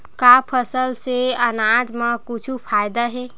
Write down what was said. का फसल से आनाज मा कुछु फ़ायदा हे?